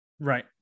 Right